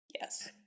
Yes